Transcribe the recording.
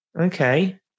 Okay